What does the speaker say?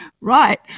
right